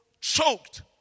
choked